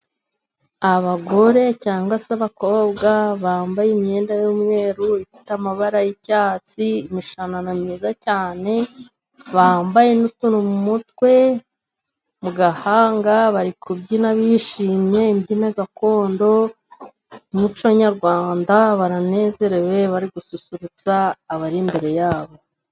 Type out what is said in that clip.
Abagore cyangwa se abakobwa bambaye imyenda y'umweru ifite amabara y'icyatsi, imishanana myiza cyane, bambaye n'utuntu mu mutwe, mu gahanga bari kubyina bishimye imbyino gakondo n'umuco nyarwanda. Baranezerewe bari gususurutsa abari imbere yabo.